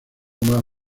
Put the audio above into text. más